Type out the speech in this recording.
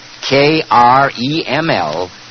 K-R-E-M-L